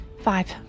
Five